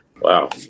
Wow